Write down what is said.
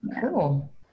Cool